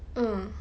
ah